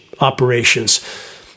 operations